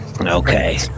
Okay